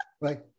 Right